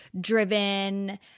driven